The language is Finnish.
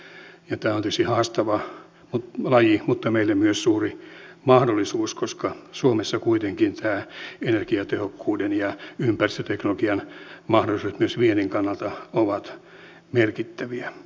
tämä on tietysti haastava laji mutta meille myös suuri mahdollisuus koska suomessa kuitenkin energiatehokkuuden ja ympäristöteknologian mahdollisuudet myös viennin kannalta ovat merkittäviä